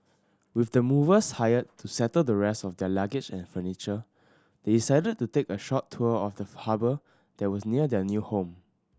with the movers hired to settle the rest of their luggage and furniture they decided to take a short tour of the harbour that was near their new home